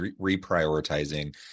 reprioritizing